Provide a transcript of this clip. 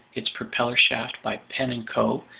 its propeller shaft by pen and co.